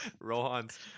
Rohan's